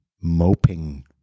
moping